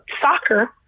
soccer